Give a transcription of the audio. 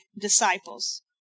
disciples